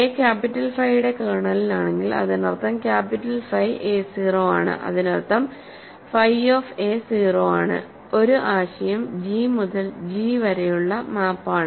A capital ഫൈയുടെ കേർണലിലാണെങ്കിൽ അതിനർത്ഥം ക്യാപിറ്റൽ ഫൈ എ 0 ആണ് അതിനർത്ഥം ഫൈ ഓഫ് a 0 ആണ് ഒരു ആശയം ജി മുതൽ ജി വരെയുള്ള മാപ്പാണ്